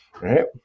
right